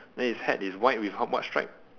then his hat is white with how much stripe